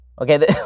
Okay